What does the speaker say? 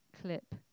clip